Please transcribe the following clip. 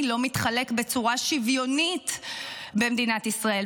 לא מתחלק בצורה שוויונית במדינת ישראל,